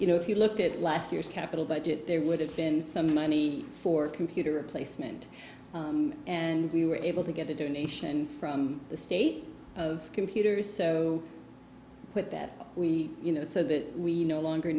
you know if you looked at last year's capital budget there would have been some money for computer replacement and we were able to get a donation from the state of computers so put that we you know so that we no longer